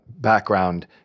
background